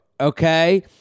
Okay